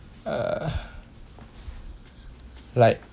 uh like